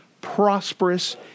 prosperous